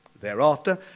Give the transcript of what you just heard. Thereafter